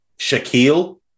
Shaquille